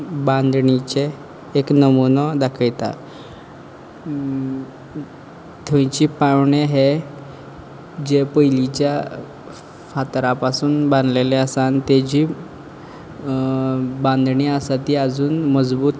बांदणीचें एक नमुनो दाखयता थंयचे पावणें हे जे पयलींच्या फातरा पासून बांदलेले आसा आनी तेजी बांदणी आसा ती आजून मजबूत